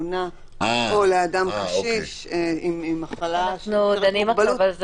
או לאדם קשיש עם מחלה של מוגבלות,